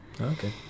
Okay